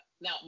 now